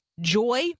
joy